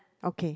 okay